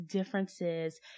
differences